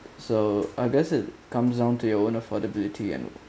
so I guess it comes down to your own affordability and